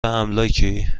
املاکی